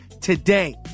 today